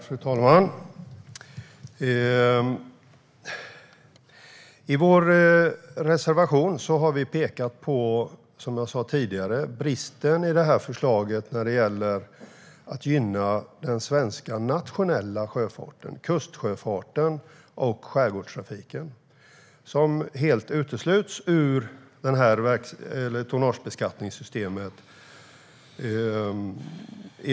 Fru talman! I vår reservation har vi, som jag sa tidigare, pekat på bristen i förslaget när det gäller att gynna den svenska nationella sjöfarten - kustsjöfarten och skärgårdstrafiken. Den utesluts i de allra flesta fall helt ur tonnagebeskattningssystemet.